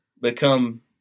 become